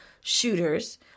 shooters